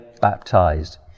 baptized